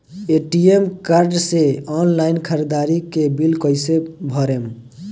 ATM card से online ख़रीदारी के बिल कईसे भरेम?